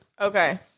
Okay